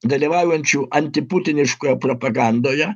dalyvaujančių antiputiniškoje propagandoje